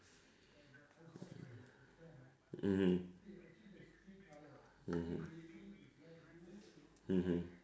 mmhmm mmhmm mmhmm